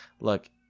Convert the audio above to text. look